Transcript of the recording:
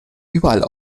überall